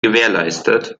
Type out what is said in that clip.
gewährleistet